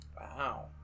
Wow